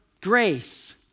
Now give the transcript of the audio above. grace